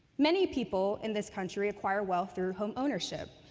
many people in this country acquire wealth through home ownership.